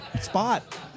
spot